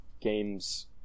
games